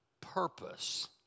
purpose